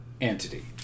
entity